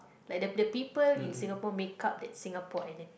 like the the people in Singapore make-up that Singapore identity